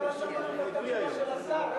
לא שמענו את התשובה של השר.